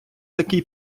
такий